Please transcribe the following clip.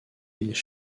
îles